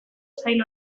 sail